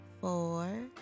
four